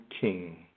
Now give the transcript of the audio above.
king